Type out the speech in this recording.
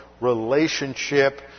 relationship